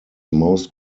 most